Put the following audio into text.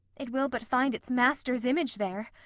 it will but find its master's image there.